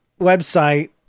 website